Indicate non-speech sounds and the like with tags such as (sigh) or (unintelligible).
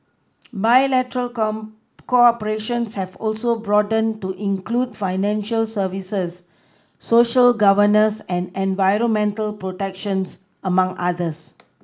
bilateral (unintelligible) cooperation have also broadened to include financial services Social governance and environmental protections among others